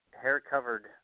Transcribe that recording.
hair-covered